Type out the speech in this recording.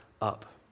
up